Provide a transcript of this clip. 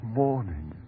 morning